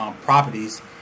properties